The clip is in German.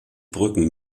brücken